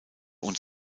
und